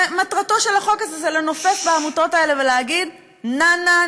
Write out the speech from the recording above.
מטרתו של החוק הזה היא לנופף בעמותות האלה ולהגיד: נה,